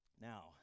Now